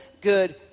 good